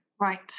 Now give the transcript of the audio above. right